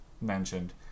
mentioned